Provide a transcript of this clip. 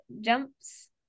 jumps